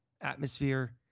atmosphere